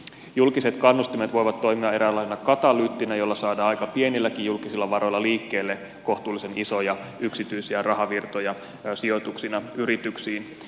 julkiset kannustimet voivat toimia eräänlaisena katalyyttinä jolla saadaan aika pienilläkin julkisilla varoilla liikkeelle kohtuullisen isoja yksityisiä rahavirtoja sijoituksina yrityksiin